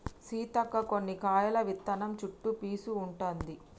సీతక్క కొన్ని కాయల విత్తనం చుట్టు పీసు ఉంటది